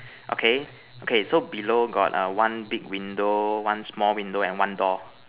okay okay so below got one big window one small window and one door